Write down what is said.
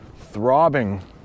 throbbing